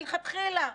מלכתחילה,